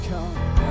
Come